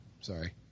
sorry